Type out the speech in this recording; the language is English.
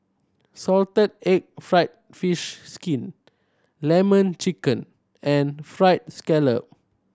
salted egg fried fish skin Lemon Chicken and Fried Scallop